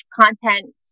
content